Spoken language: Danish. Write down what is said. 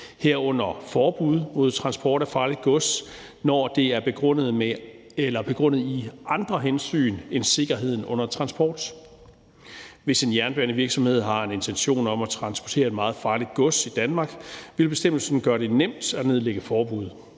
herunder forbud mod transport af farligt gods, når det er begrundet i andre hensyn end sikkerheden under transport. Hvis en jernbanevirksomhed har en intention om at transportere meget farligt gods i Danmark, vil bestemmelsen gøre det nemt at nedlægge forbud,